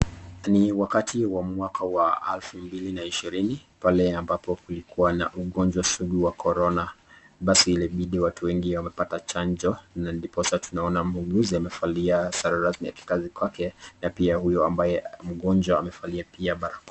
Ni wakati wa mwaka wa elfu mbili na ishirini pale ambapo kulikuwa na ugonjwa sugu wa korona pasi ilibidi watu wengi wamepata chanjo na ndipoza tunamwona muuguzi amevalia sare ya rasmi ya kikazi kwake na pia huyu mgonjwa amevalia pia barakoa.